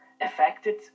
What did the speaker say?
affected